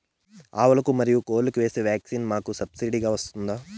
ఆవులకు, మరియు కోళ్లకు వేసే వ్యాక్సిన్ మాకు సబ్సిడి గా వస్తుందా?